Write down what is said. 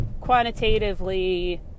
quantitatively